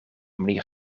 manier